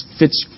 fits